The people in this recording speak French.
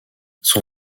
son